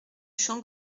champ